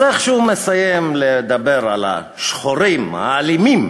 אז איך שהוא מסיים לדבר על השחורים האלימים,